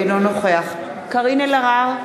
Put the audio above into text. אינו נוכח קארין אלהרר,